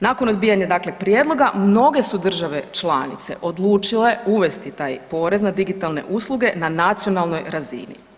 Nakon odbijanja, dakle, prijedloga, mnoge su države članice odlučile uvesti taj porez na digitalne usluge na nacionalnoj razini.